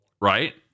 Right